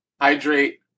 hydrate